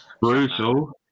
Brutal